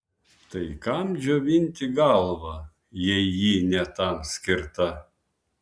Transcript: tai kam džiovinti galvą jei ji ne tam skirta